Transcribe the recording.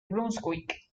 brunswick